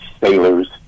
sailors